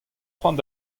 cʼhoant